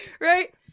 right